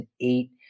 eight